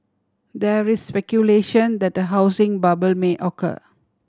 there is speculation that a housing bubble may occur